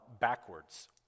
backwards